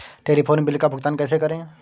Telephone bill का भुगतान कैसे करें?